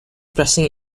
pressing